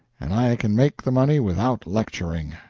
and i can make the money without lecturing.